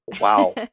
Wow